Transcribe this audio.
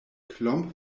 klomp